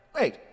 Wait